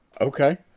Okay